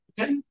Okay